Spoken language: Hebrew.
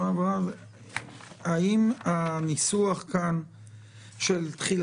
האם הניסוח של התחילה,